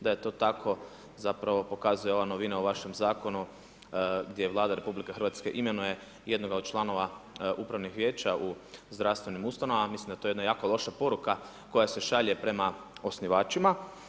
Da je to tako zapravo pokazuje ova novina u vašem zakonu gdje Vlada Republike Hrvatske imenuje jednoga od članova Upravnih vijeća u zdravstvenim ustanovama, mislim da je to jedna jako loša poruka koja se šalje prema osnivačima.